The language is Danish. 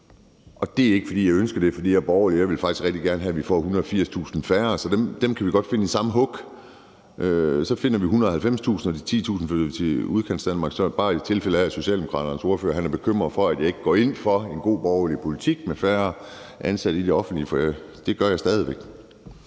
Det er ikke, fordi jeg ønsker dét, for jeg er borgerlig. Jeg vil faktisk rigtig gerne have, at vi får 180.000 færre, så dem kan vi godt finde i samme hug. Så finder vi 190.000, og de 10.000 flytter vi til Udkantsdanmark. Det er bare sagt, i tilfælde af at Socialdemokraternes ordfører er bekymret for, at jeg ikke går ind for en god borgerlig politik med færre ansatte i det offentlige, for det gør jeg stadig væk.